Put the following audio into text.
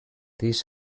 this